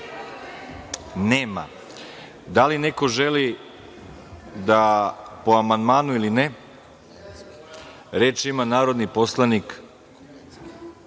nema. Da li neko želi po amandmanu ili ne? Reč ima narodni poslanik